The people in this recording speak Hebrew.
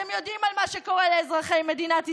אתם יודעים מה שקורה לאזרחי מדינת ישראל.